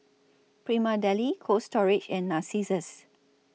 Prima Deli Cold Storage and Narcissus